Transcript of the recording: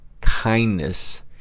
kindness